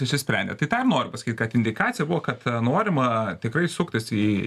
išsisprendė tai tą ir noriu pasakyt kad indikacija buvo kad norima tikrai suktis į